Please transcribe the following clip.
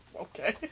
Okay